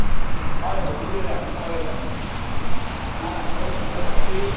हय दिलें जाल्यार हाडून पावयतात आमी ना ना त्यो समजात तुमची